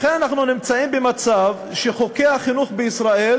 לכן אנחנו נמצאים במצב שחוקי החינוך בישראל